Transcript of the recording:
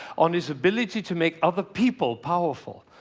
on his ability to make other people powerful.